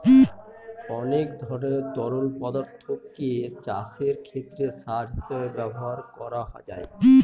অনেক ধরনের তরল পদার্থকে চাষের ক্ষেতে সার হিসেবে ব্যবহার করা যায়